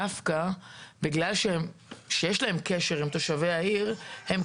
דווקא בגלל שיש להם קשר עם תושבי העיר - הם